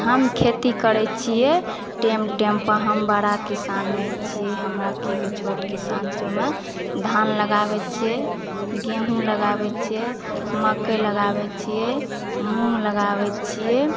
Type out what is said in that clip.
हम खेती करै छियै टेम टेम पर हम बड़ा किसान नहि छियै हमरा की कहय छै छोट किसान छियै ओहि मऽ धान लगाबै छियै गेहूँ लगाबै छियै मक्कै लगाबै छियै मूँग लगाबै छियै